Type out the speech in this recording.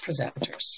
presenters